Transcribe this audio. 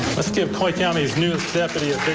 let's give clay county's newest deputy a